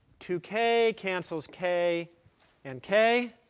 two k cancels k and k.